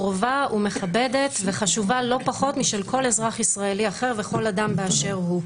קרובה ומכבדת וחשובה לא פחות משל כל אזרח ישראלי אחר וכל אדם באשר הוא.